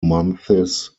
months